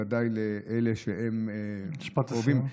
ודאי לאלה שהם קרובים,